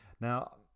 Now